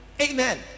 Amen